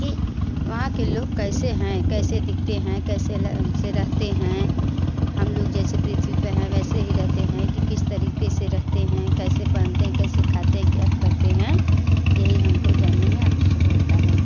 कि वहाँ के लोग कैसे हैं कैसे दिखते हैं कैसे से रहते हैं हम लोग जैसे पृथ्वी पर हैं वैसे ही रहते हैं कि किस तरीके से रहते हैं कैसे पहनते हैं कैसे खाते हैं क्या करते हैं यही हमको जानने में अच्छा लगता है